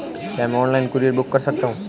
क्या मैं online courier book कर सकता हूँ?